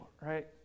right